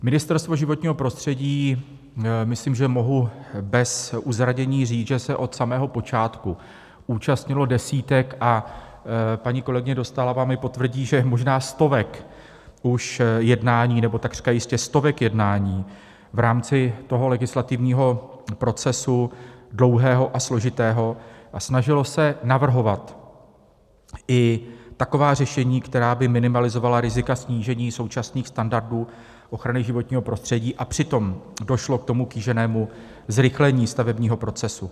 Ministerstvo životního prostředí, myslím, že mohu bez uzardění říct, že se od samého počátku účastnilo desítek, a paní kolegyně Dostálová mi potvrdí, že možná stovek už jednání nebo takřka jistě stovek jednání v rámci legislativního procesu, dlouhého a složitého, a snažilo se navrhovat i taková řešení, která by minimalizovala rizika snížení současných standardů ochrany životního prostředí, a přitom došlo ke kýženému zrychlení stavebního procesu.